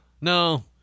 No